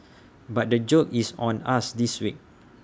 but the joke is on us this week